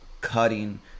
cutting